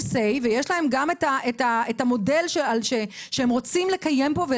Say ויש להם גם את המודל שהם רוצים לקיים פה,